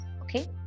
okay